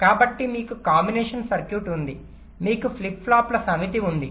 కాబట్టి మీకు combination circuit ఉంది మీకు ఫ్లిప్ ఫ్లాప్ల సమితి ఉంది